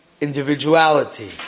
individuality